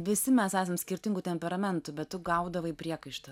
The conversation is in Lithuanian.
visi mes esam skirtingų temperamentų bet tu gaudavai priekaištų